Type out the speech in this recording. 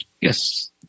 Yes